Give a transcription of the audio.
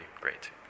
great